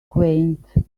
quaint